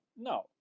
No